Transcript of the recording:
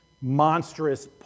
monstrous